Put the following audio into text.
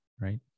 Right